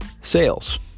sales